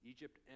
Egypt